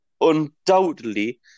undoubtedly